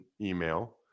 email